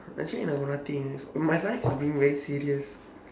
actually I got nothing eh all my life I have been very serious